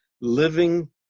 living